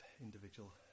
individual